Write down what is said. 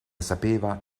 sapeva